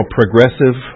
progressive